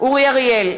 אורי אריאל,